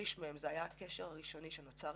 עם שליש מהם זה היה הקשר הראשוני שנוצר.